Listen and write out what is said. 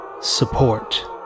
support